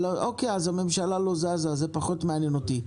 אז אוקי, הממשלה לא זזה, זה פחות מעניין אותי.